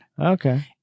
Okay